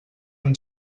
amb